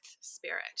spirit